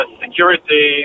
security